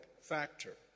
factor